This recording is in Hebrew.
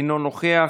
אינו נוכח,